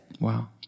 Wow